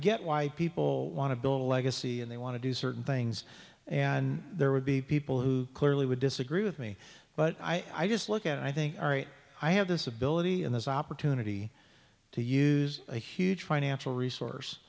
get why people want to build a legacy and they want to do certain things and there would be people who clearly would disagree with me but i just look at i think all right i have this ability and this opportunity to use a huge financial resource